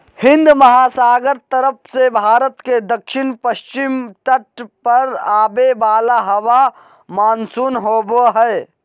हिन्दमहासागर तरफ से भारत के दक्षिण पश्चिम तट पर आवे वाला हवा मानसून होबा हइ